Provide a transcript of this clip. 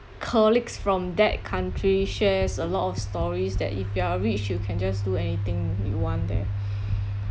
colleagues from that country shares a lot of stories that if you are rich you can just do anything you want there